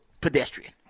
Pedestrian